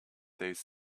these